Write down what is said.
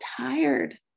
tired